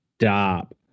stop